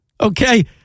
Okay